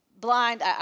blind